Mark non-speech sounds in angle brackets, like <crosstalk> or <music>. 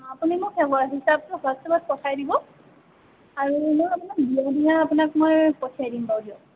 আপুনি মোক <unintelligible> হিচাপতো হোৱাট্চআপত পঠাই দিব আৰু মই আপোনাক বিয়াৰ দিনা আপোনাক মই পঠিয়াই দিম বাৰু দিয়ক